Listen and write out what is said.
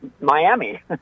Miami